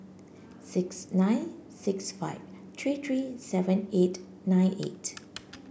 six nine six five three three seven eight nine eight